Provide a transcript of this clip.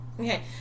Okay